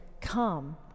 Come